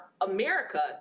America